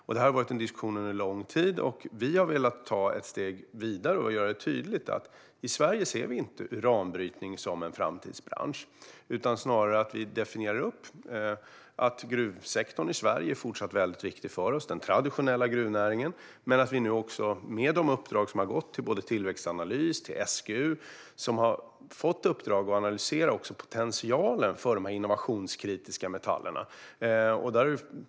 Det här har varit en diskussion under lång tid, och vi har velat ta ett steg vidare och göra det tydligt att vi i Sverige inte ser uranbrytning som en framtidsbransch. Ändå är det så att vi definierar upp gruvsektorn i Sverige; den traditionella gruvnäringen är fortsatt väldigt viktig för oss. Vi har gett uppdrag till både Tillväxtanalys och SGU; de ska analysera potentialen för de här innovationskritiska metallerna.